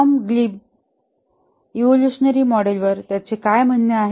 Tom Glib evolutionary मॉडेलवर त्याचे काय म्हणणे आहे